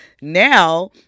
Now